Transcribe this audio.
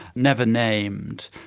never named.